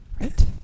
Right